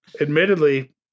admittedly